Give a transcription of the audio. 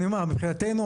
מבחינתנו,